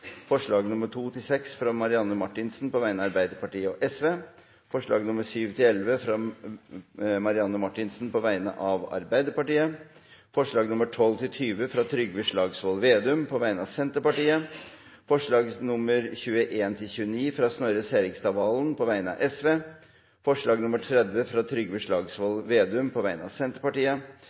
forslag nr. 1, fra Svein Flåtten på vegne av Fremskrittspartiet, Høyre og Venstre forslagene nr. 2–6, fra Marianne Marthinsen på vegne av Arbeiderpartiet og Sosialistisk Venstreparti forslagene nr. 7–11, fra Marianne Marthinsen på vegne av Arbeiderpartiet forslagene nr. 12–20, fra Trygve Slagsvold Vedum på vegne av Senterpartiet forslagene nr. 21–29 på vegne av Snorre Serigstad Valen på vegne av Sosialistisk Venstreparti forslag nr. 30, fra Trygve Slagsvold Vedum på vegne av Senterpartiet forslag